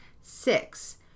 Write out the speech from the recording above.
Six